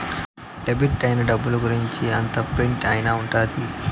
debit అయిన డబ్బుల గురుంచి అంతా ప్రింట్ అయి ఉంటది